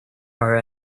our